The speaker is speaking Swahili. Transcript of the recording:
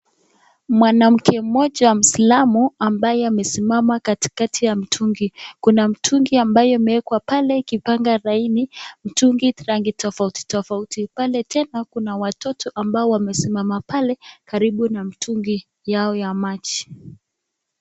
Mwanamke mmoja muislamu ambaye amesimama katikati ya mtungi, kuna mtungi ambayo imewekwa pale ikipanga laini, mtungi rangi tofauti tofauti pale tena kuna watoto ambao wamesimama pale karibu na mtungi yao ya maji.